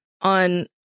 on